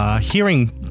Hearing